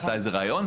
עשתה איזה ראיון,